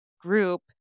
group